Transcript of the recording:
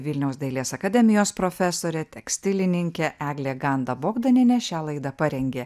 vilniaus dailės akademijos profesorė tekstilininkė eglė ganda bogdanienė šią laidą parengė